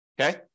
okay